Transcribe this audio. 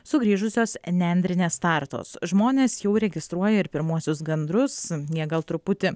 sugrįžusios nendrinės startos žmonės jau registruoja ir pirmuosius gandrus jie gal truputį